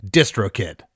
DistroKid